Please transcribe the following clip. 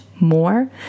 more